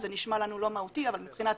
זה נשמע לנו לא מהותי אבל מבחינת